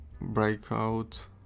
breakout